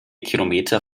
kilometer